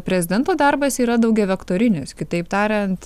prezidento darbas yra daugiavektorinis kitaip tariant